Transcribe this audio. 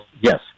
Yes